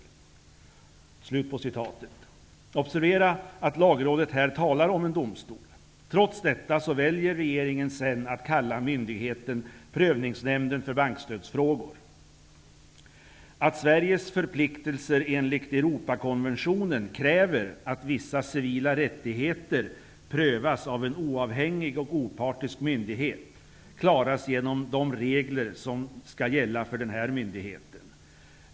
Observera att lagrådet här talar om en domstol. Trots detta väljer regeringen att kalla myndigheten Sveriges förpliktelser enligt Europakonventionen kräver att vissa civila rättigheter prövas av en oavhängig och opartisk myndighet klaras genom de regler som skall gälla för den här myndigheten.